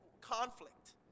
conflict